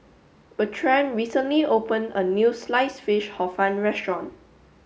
Bertrand recently opened a new sliced fish hor fun restaurant